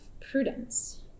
prudence